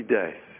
days